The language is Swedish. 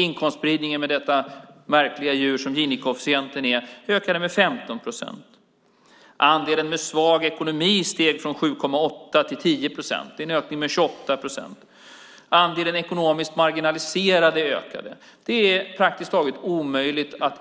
Inkomstspridningen, enligt det märkliga djur som Gini-koefficienten är, ökade med 15 procent. Andelen med svag ekonomi steg från 7,8 till 10 procent. Det är en ökning med 28 procent. Andelen ekonomiskt marginaliserade ökade. Det är praktiskt taget omöjligt att